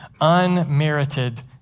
unmerited